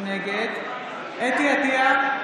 נגד חוה אתי עטייה,